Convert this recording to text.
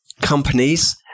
companies